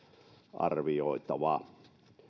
arvioitava